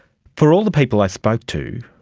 for all the people i spoke to,